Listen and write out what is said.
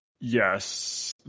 Yes